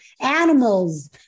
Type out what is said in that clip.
animals